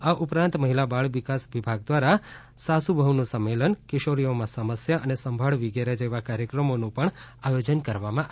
આ ઉપરાંત મહિલા બાળ વિકાસ વિભાગ દ્વારા સાસુ વહુનું સંમેલન કિશોરીઓમાં સમસ્યા અને સંભાળ વિગેરે જેવા કાર્યક્રમોનું પણ આયોજન કરાવવામાં આવ્યું છે